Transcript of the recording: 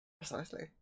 Precisely